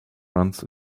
runs